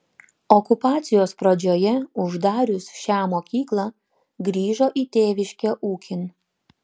okupacijos pradžioje uždarius šią mokyklą grįžo į tėviškę ūkin